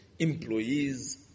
Employees